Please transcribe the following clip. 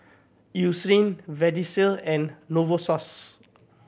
Eucerin Vagisil and Novosource